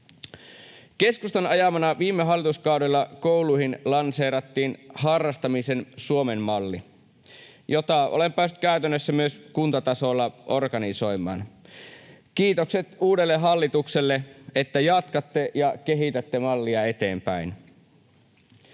Keskustan ajamana viime hallituskaudella kouluihin lanseerattiin harrastamisen Suomen malli, jota olen päässyt käytännössä myös kuntatasolla organisoimaan. Kiitokset uudelle hallitukselle, että jatkatte ja kehitätte mallia eteenpäin.